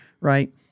right